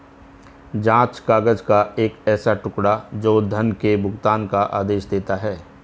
जाँच काग़ज़ का एक ऐसा टुकड़ा, जो धन के भुगतान का आदेश देता है